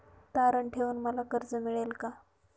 तारण ठेवून मला कर्ज मिळेल का?